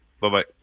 Bye-bye